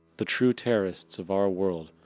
the true terrorists of our world,